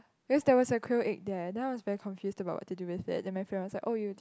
because there was a quail egg there then I was very confused about what to do with it then my friend was like oh you